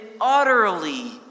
utterly